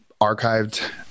archived